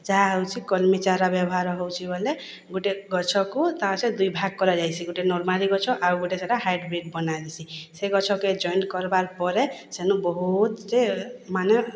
ଯାହା ହଉଚି କଲିମି ଚାରା ବ୍ୟବହାର ହଉଚି ବଏଲେ ଗୋଟିଏ ଗଛକୁ ତାର ପଛେ ଦୁଇ ଭାଗ୍ କରାଯାଏସି ଗୋଟେ ନର୍ମାଲି ଗଛ ଆଉ ଗୋଟେ ସେ ହାଇବ୍ରିଡ଼୍ ବନାଯାଏସି ସେ ଗଛକେ ଜଏଣ୍ଟ୍ କର୍ବାର୍ ପରେ ସେନେ ବହୁତ୍ଟେ ମାନେ